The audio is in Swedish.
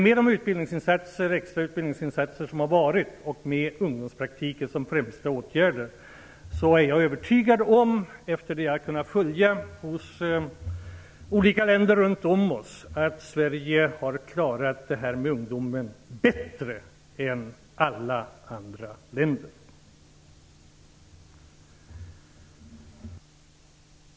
Med de extra utbildningsinsatser som har vidtagits, med ungdomspraktiken som den främsta åtgärden, är jag efter att ha jämfört med andra länder övertygad om att Sverige har klarat ungdomsfrågan bättre än alla andra länder.